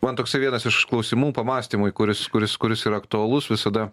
man toksai vienas iš klausimų pamąstymui kuris kuris kuris yra aktualus visada